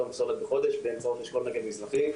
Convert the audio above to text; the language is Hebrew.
פסולת בחודש באמצעות אשכול נגב מזרחי.